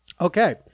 okay